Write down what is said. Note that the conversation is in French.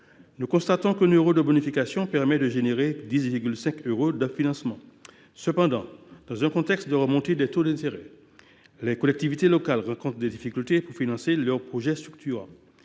Nous constatons que 1 euro de bonification permet d’engendrer 10,50 euros de financements. Cependant, dans un contexte de remontée des taux d’intérêt, les collectivités locales rencontrent des difficultés pour financer leurs projets structurants.